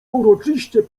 uroczyście